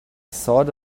thought